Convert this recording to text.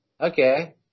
Okay